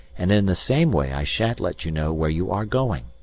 and in the same way i shan't let you know where you are going.